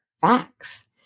facts